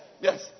Yes